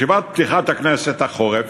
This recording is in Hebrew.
ישיבת פתיחת כנס החורף